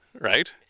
right